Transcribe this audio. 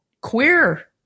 queer